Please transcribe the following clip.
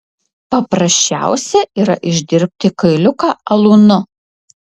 paprasčiausia yra išdirbti kailiuką alūnu